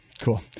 cool